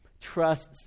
trusts